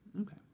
Okay